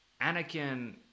anakin